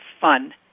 fun